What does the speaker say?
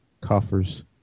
coffers